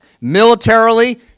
militarily